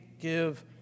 give